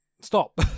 stop